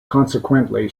consequently